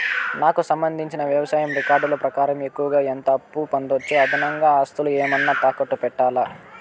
నాకు సంబంధించిన వ్యవసాయ రికార్డులు ప్రకారం ఎక్కువగా ఎంత అప్పు పొందొచ్చు, అదనంగా ఆస్తులు ఏమన్నా తాకట్టు పెట్టాలా?